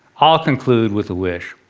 i'll conclude with a wish